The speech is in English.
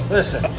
Listen